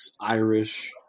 Irish